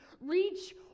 reach